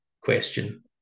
question